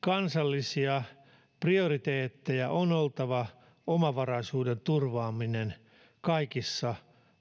kansallisia prioriteetteja on oltava omavaraisuuden turvaaminen kaikissa